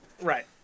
Right